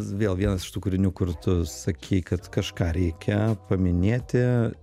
vėl vienas iš tų kūrinių kur tu sakei kad kažką reikia paminėti